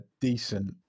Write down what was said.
decent